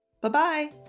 Bye-bye